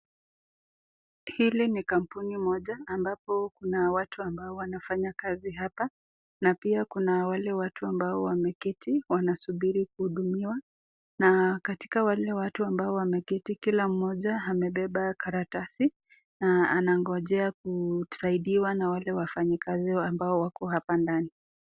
Hili ni kampuni moja ambapo kuna watu ambao wanafanya kazi hapa, na pia kuna wale watu ambao wameketi wanasubiri kuhudumiwa. Na katika wale watu ambao wameketi, kila mmoja amebeba karatasi na anangojea kusaidiwa na wale wafanyikazi ambao wako hapa ndani.